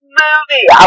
movie